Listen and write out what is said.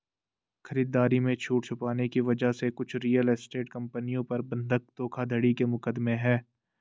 खरीदारी में छूट छुपाने की वजह से कुछ रियल एस्टेट कंपनियों पर बंधक धोखाधड़ी के मुकदमे हैं